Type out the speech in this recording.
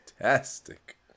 fantastic